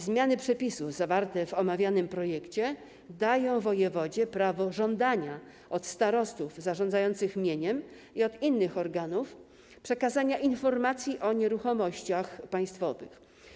Zmiany przepisów zawarte w omawianym projekcie dają wojewodzie prawo żądania od starostów zarządzających mieniem i od innych organów przekazania informacji o nieruchomościach państwowych.